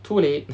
too late